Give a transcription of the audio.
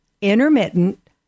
intermittent